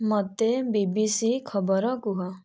ମୋତେ B B C ଖବର କୁହ